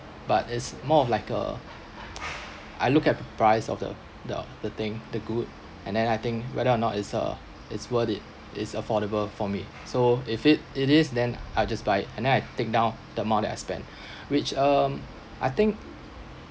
but it's more of like uh I look at the price of the the the thing the good and then I think whether or not it's uh it's worth it is affordable for me so if it it is then I'll just buy it and then I take down the amount that I spend which um I think